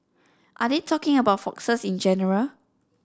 are they talking about foxes in general